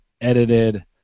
edited